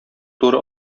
туры